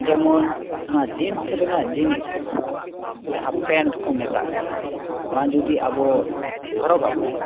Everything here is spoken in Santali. ᱡᱮᱢᱚᱱ ᱱᱚᱣᱟ ᱡᱤᱱᱥ ᱨᱮᱱᱟᱜ ᱡᱤᱱᱤᱥ ᱡᱟᱦᱟᱸ ᱯᱮᱱᱴ ᱠᱚ ᱢᱮᱛᱟᱜ ᱠᱟᱱᱟ ᱱᱚᱣᱟ ᱡᱩᱫᱤ ᱟᱵᱚ ᱦᱚᱨᱚᱜᱟᱵᱚᱱ